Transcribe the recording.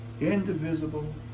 indivisible